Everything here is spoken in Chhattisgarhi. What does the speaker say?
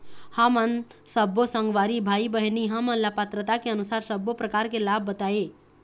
हमन सब्बो संगवारी भाई बहिनी हमन ला पात्रता के अनुसार सब्बो प्रकार के लाभ बताए?